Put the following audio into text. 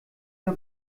mir